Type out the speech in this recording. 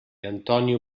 antonio